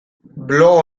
blog